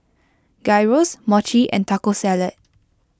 Gyros Mochi and Taco Salad